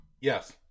Yes